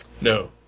No